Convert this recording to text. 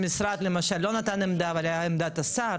שמשרד למשל לא נתן עמדה אבל הייתה עמדת השר.